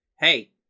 Hey